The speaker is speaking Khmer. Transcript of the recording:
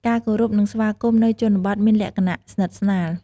ការគោរព និងស្វាគមន៌នៅជនបទមានលក្ខណៈស្និទ្ធស្នាល។